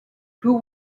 who